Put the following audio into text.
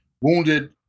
wounded